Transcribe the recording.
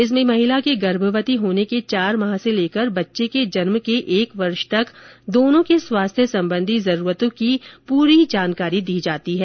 इसमें महिला के गर्भवती होने के चार माह से लेकर बच्चे के जन्म के एक वर्ष तक दोनों के स्वास्थ्य संबंधी जरूरतों को पूरा करने की जानकारी दी जाती है